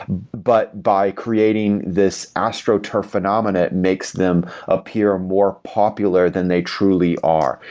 but by creating this astroturf phenomena makes them appear more popular than they truly are.